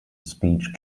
speech